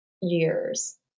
years